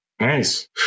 Nice